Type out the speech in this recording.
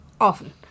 often